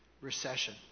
recession